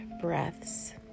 breaths